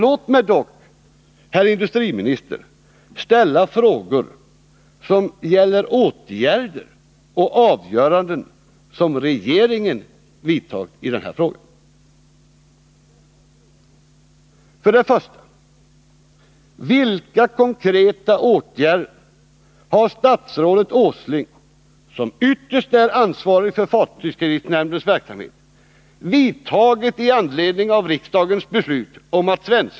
Låt mig dock, herr industriminister, ställa frågor som gäller åtgärder och avgöranden av regeringen i denna fråga. Har statsrådet informerat styrelsen om riksdagens beslut?